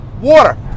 water